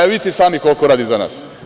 Vidite i sami koliko radi za nas.